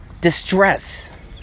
distress